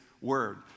word